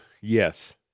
Yes